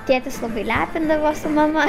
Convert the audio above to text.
tėtis labai lepindavo su mama